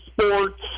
Sports